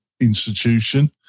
institution